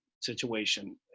situation